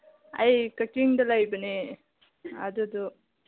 ꯑꯩ ꯀꯛꯆꯤꯡꯗ ꯂꯩꯕꯅꯦ ꯑꯗꯨꯗꯨ